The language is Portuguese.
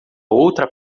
outra